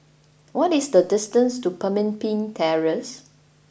what is the distance to Pemimpin Terrace